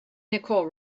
nicole